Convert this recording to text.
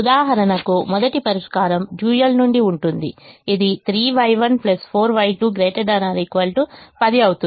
ఉదాహరణకు మొదటి పరిష్కారం డ్యూయల్ నుండి ఉంటుంది ఇది 3Y1 4Y2 ≥ 10 అవుతుంది